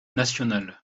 nationale